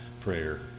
prayer